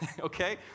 okay